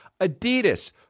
Adidas